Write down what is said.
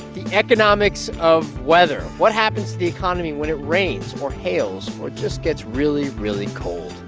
the economics of weather. what happens to the economy when it rains or hails or just gets really, really cold?